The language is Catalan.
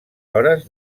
hores